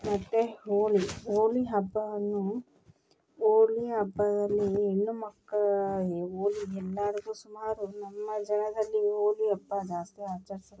ಮತ್ತು ಹೋಳಿ ಹೋಳಿ ಹಬ್ಬವನ್ನು ಹೋಳಿ ಹಬ್ಬದಲ್ಲಿ ಹೆಣ್ಣು ಮಕ್ಕ ಎಲ್ಲರಿಗೂ ಸುಮಾರು ನಮ್ಮ ಜಾಗದಲ್ಲಿ ಹೋಳಿ ಹಬ್ಬನ ಅಷ್ಟೇ ಆಚರಿಸೋಲ್ಲ